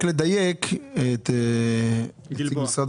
רק לדייק את גלבוע.